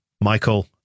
Michael